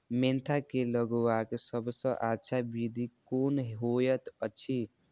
Mentha के लगवाक सबसँ अच्छा विधि कोन होयत अछि?